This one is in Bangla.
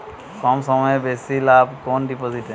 কম সময়ে বেশি লাভ কোন ডিপোজিটে?